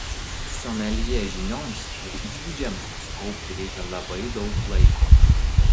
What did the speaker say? someljė žinioms ir įgūdžiams sukaupti reikia labai daug laiko